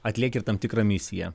atlieki tam tikrą misiją